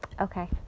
Okay